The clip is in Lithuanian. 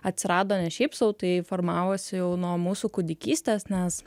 atsirado ne šiaip sau tai formavosi jau nuo mūsų kūdikystės nes